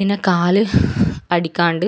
പിന്നെ കാല് അടിക്കാണ്ട്